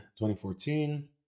2014